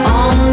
on